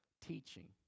teaching